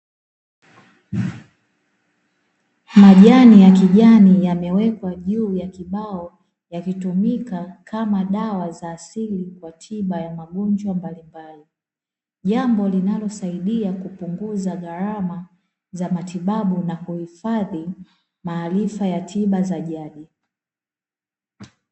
Majani ya kijani yamewekwa juu ya kibao yakitumika kama dawa za asili kwa tiba ya magonjwa mbalimbali. Jambo linalosaidia kupunguza gharama za matibabu na kuhifadhi maarifa ya tiba za jadi.